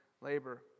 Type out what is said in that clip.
labor